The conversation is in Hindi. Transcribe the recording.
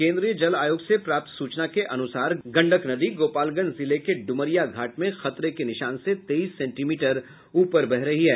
केंद्रीय जल आयोग से प्राप्त सूचना के अनुसार गंडक नदी गोपालगंज जिले के ड्मरिया घाट में खतरे के निशान से तेईस सेंटीमीटर ऊपर बह रही है